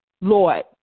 Lord